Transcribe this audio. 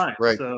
Right